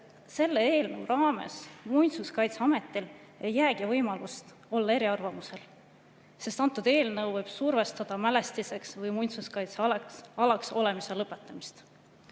selle eelnõu raames Muinsuskaitseametil ei saagi olla võimalust olla eriarvamusel, sest see eelnõu võib survestada mälestiseks või muinsuskaitsealaks olemise lõpetamist.